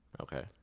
Okay